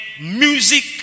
music